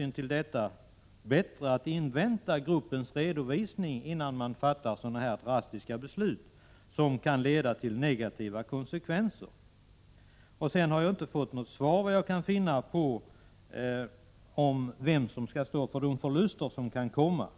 inte bättre att invänta gruppens redovisning, innan man fattar sådana här drastiska beslut, som kan få negativa konsekvenser? Såvitt jag kan finna har jag inte fått något svar på min fråga om vem som skall stå för de förluster som kan uppkomma.